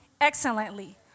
excellently